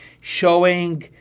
showing